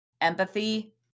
empathy